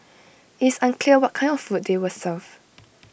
IT is unclear what kind of food they were served